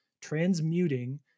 transmuting